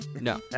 No